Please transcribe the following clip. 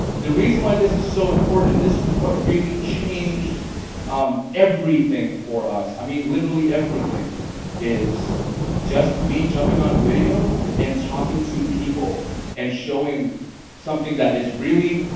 the reason why this is so important and this is what really changed um everything for us. i mean, literally everything is just me jumping on video and talking to people and showing something that is really,